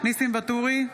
ניסים ואטורי,